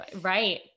Right